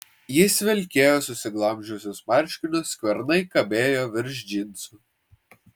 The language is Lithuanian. jis vilkėjo susiglamžiusius marškinius skvernai kabėjo virš džinsų